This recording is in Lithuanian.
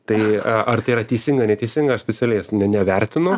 tai ar tai yra teisinga neteisinga aš specialiai nevertinu